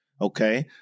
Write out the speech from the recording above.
Okay